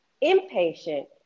impatient